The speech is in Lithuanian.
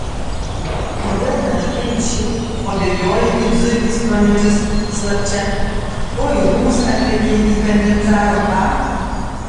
kodėl nelaikai mišių o bėgioji it zuikis pro medžius slapčia ko į rūmus atlėkei įkandin caro a